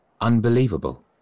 unbelievable